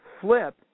Flip